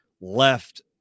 left